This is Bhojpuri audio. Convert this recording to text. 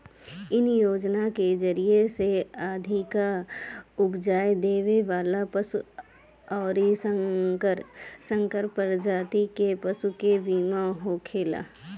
इ योजना के जरिया से अधिका उपज देवे वाला पशु अउरी संकर प्रजाति के पशु के बीमा होखेला